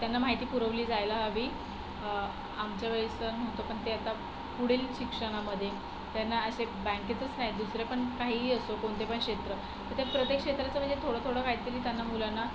त्यांना माहिती पुरवली जायला हवी आमच्यावेळेस तर नव्हतं पण ते आता पुढील शिक्षणामधे त्यांना असे बँकेतच नाही दुसरे पण काही असो कोणते पण क्षेत्र प त्या प्रत्येक क्षेत्राचं म्हणजे थोडं थोडं काहीतरी त्यांना मुलांना